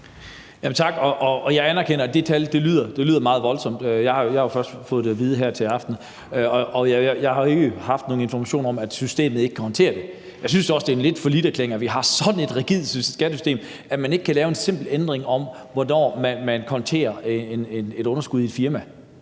(NB): Tak. Jeg anerkender, at det tal lyder meget voldsomt. Jeg har først fået det at vide her til aften. Jeg har ikke haft nogen information om, at systemet ikke kan håndtere det. Jeg synes også lidt, det er en falliterklæring, at vi har et så rigidt skattesystem, at man ikke kan lave en simpel ændring i, hvornår man konterer et underskud i et firma.